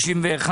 51